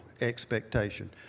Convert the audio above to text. expectation